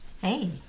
Hey